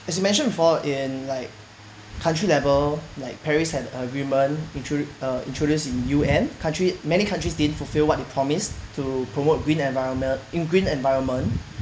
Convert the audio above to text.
as you mention before in like country level like paris had agreement intro~ uh introduced in U_N country many countries didn't fulfill what they promised to promote green environmen~ green environment